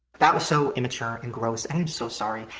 that was so immature and gross and i'm so sorry.